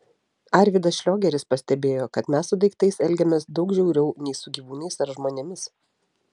arvydas šliogeris pastebėjo kad mes su daiktais elgiamės daug žiauriau nei su gyvūnais ar žmonėmis